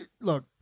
Look